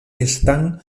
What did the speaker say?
están